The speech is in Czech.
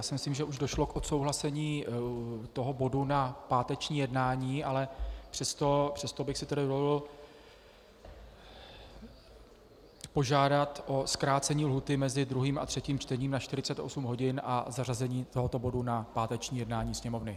Myslím si, že už došlo k odsouhlasení bodu na páteční jednání, ale přesto bych si dovolil požádat o zkrácení lhůty mezi druhým a třetím čtením na 48 hodin a zařazení tohoto bodu na páteční jednání Sněmovny.